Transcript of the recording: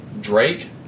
Drake